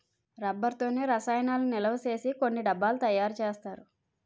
rubber తోనే రసాయనాలను నిలవసేసి కొన్ని డబ్బాలు తయారు చేస్తారు